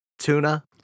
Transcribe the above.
Tuna